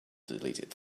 deleted